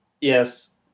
Yes